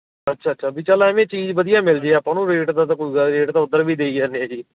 ਅੱਛਾ ਅੱਛਾ ਵੀ ਚਲ ਐਵੇਂ ਚੀਜ਼ ਵਧੀਆ ਮਿਲਜੇ ਆਪਾਂ ਨੂੰ ਰੇਟ ਦਾ ਤਾਂ ਕੋਈ ਗ ਰੇਟ ਤਾਂ ਉੱਧਰ ਵੀ ਦੇਈ ਜਾਂਦੇ ਹਾਂ ਜੀ